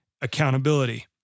accountability